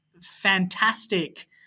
fantastic